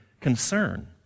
concern